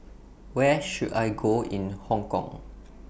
Where should I Go in Hong Kong